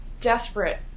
desperate